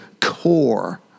core